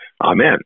Amen